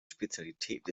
spezialität